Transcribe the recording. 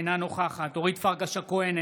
אינה נוכחת אורית פרקש הכהן,